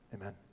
Amen